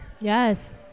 Yes